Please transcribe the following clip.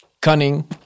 cunning